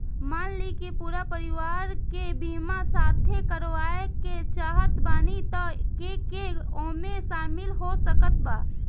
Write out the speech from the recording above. मान ली पूरा परिवार के बीमाँ साथे करवाए के चाहत बानी त के के ओमे शामिल हो सकत बा?